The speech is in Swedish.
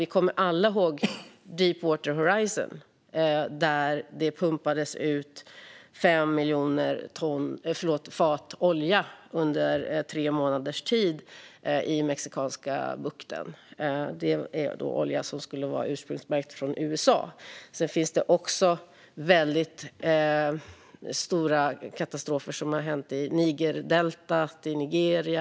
Vi kommer alla ihåg Deepwater Horizon, där det pumpades ut fem miljoner fat olja under tre månaders tid i Mexikanska golfen. Det var olja som skulle vara ursprungsmärkt från USA. Sedan finns det stora katastrofer som har hänt i Nigerdeltat i Nigeria.